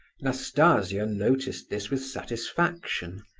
nastasia noticed this with satisfaction.